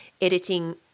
editing